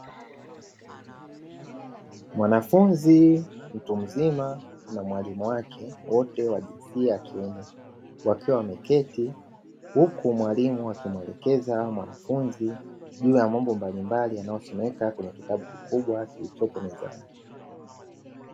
Mwanafunzi mtu mzima na mwalimu wake wote wa jinsia ya kiume, wakiwa wameketi huku mwalimu akimwelekeza mwanafunzi juu ya mambo mbalimbali yanayo someka kwenye kitabu kikubwa kilichopo mezani.